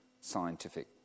scientific